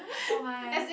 oh my